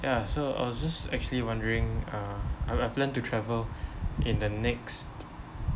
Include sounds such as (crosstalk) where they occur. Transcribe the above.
ya so I was just actually wondering uh I I plan to travel (breath) in the next